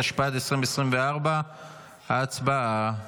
התשפ"ד 2024. הצבעה.